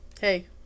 Hey